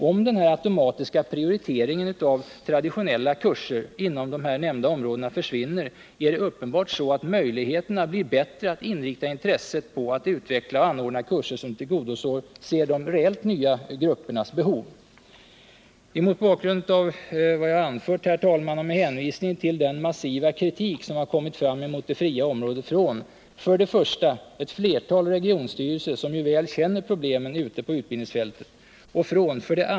Om den automatiska prioriteringen av traditionella kurser inom de nämnda områdena försvinner är det uppenbart att möjligheterna blir bättre att inrikta intresset på att utveckla och anordna kurser som tillgodoser de ”nya gruppernas” behov. Mot bakgrund av vad jag nu har anfört och med hänvisning till den massiva kritik som nu kommit fram mot det fria området från 1. ett flertal regionstyrelser, som ju väl känner problemen från utbildningsfältet, 2.